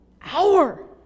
hour